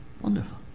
Wonderful